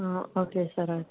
okay sir oh